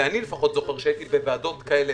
ואני לפחות זוכר שהייתי בוועדות כאלה